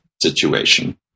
situation